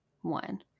one